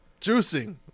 juicing